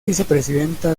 vicepresidenta